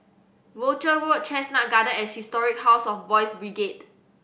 Rochor Road Chestnut Garden and Historic House of Boys' Brigade